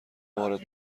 وارد